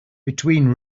between